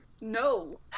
No